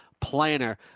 planner